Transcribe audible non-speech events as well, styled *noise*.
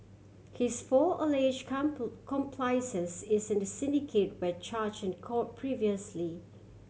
his four allege *unintelligible* accomplices is in the syndicate where charge in court previously